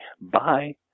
Bye